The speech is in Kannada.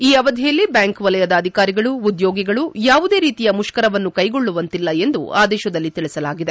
ಈ ಅವಧಿಯಲ್ಲಿ ಬ್ಯಾಂಕ್ ವಲಯದ ಅಧಿಕಾರಿಗಳು ಉದ್ಯೋಗಿಗಳು ಯಾವುದೇ ರೀತಿಯ ಮುಷ್ಕರವನ್ನು ಕೈಗೊಳ್ಳುವಂತಿಲ್ಲ ಎಂದು ಆದೇಶದಲ್ಲಿ ತಿಳಿಸಲಾಗಿದೆ